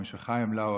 רבי משה חיים לאו,